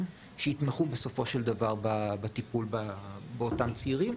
שיתמכו בסופו של דבר בטיפול באותם צעירים.